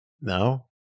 no